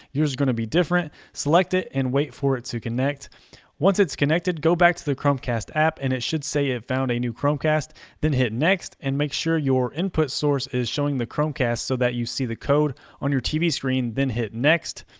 is gonna be different select it and wait for it to connect once it's connected go back to the chromecast app and it should say it found a new chromecast then hit next and make sure your input source is showing the chromecast so that you see the code on your tv screen then hit next.